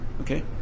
Okay